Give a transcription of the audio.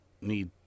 need